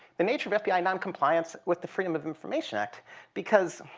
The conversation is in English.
the nature of of fbi noncompliance with the freedom of information act because